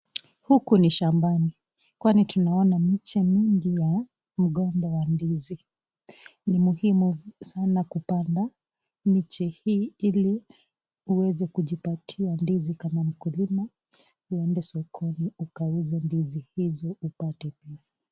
Huku ni shambani, kwani tunaona mche mingi ya mgomba wa ndizi, ni muhimu sana kupanda miche hii ili uweze kujipatia ndizi kama mkulima, uende sokoni ukauze ndizi hizo upate pesa.